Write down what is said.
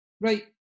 Right